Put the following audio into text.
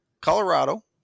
Colorado